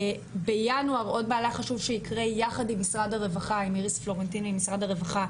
בינואר עוד מהלך חשוב שיקרה יחד עם איריס פלורנטין ממשרד הרווחה,